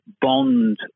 bond